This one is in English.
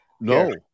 No